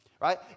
Right